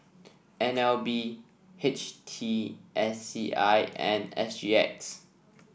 N L B H T S C I and S G X